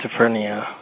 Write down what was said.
schizophrenia